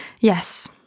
Yes